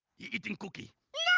he eating cookie.